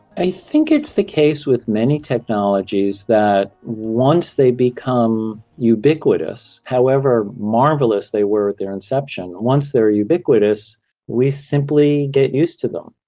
i think it's the case with many technologies that once they become ubiquitous, however marvellous they were at their inception, once they are ubiquitous we simply get used to them.